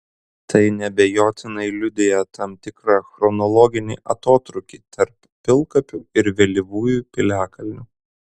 tai neabejotinai liudija tam tikrą chronologinį atotrūkį tarp pilkapių ir vėlyvųjų piliakalnių